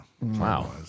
Wow